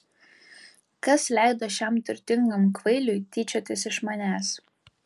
kas leido šiam turtingam kvailiui tyčiotis iš manęs